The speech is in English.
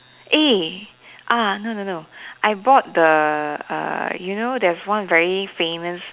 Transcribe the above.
eh ah no no no I bought the err you know there's one very famous